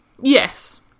Yes